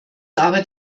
aber